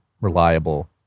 reliable